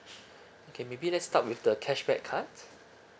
okay maybe let's start with the cashback cards